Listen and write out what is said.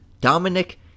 Dominic